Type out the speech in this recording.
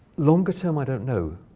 longer term, i don't know.